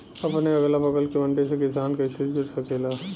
अपने अगला बगल के मंडी से किसान कइसे जुड़ सकेला?